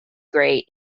gray